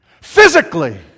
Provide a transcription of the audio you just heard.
physically